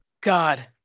God